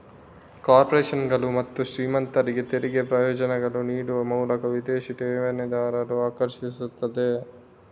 ಕಾರ್ಪೊರೇಷನುಗಳು ಮತ್ತು ಶ್ರೀಮಂತರಿಗೆ ತೆರಿಗೆ ಪ್ರಯೋಜನಗಳನ್ನ ನೀಡುವ ಮೂಲಕ ವಿದೇಶಿ ಠೇವಣಿದಾರರನ್ನ ಆಕರ್ಷಿಸ್ತದೆ